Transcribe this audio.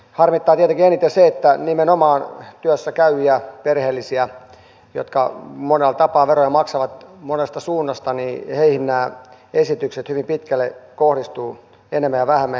harmittaa tietenkin eniten se että nimenomaan työssä käyviin perheellisiin jotka monella tapaa veroja maksavat monesta suunnasta nämä esitykset hyvin pitkälle kohdistuvat enemmän ja vähemmän